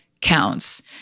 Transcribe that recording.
counts